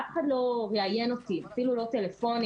אף אחד לא ראיין אותי אפילו לא טלפונית